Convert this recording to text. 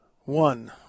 one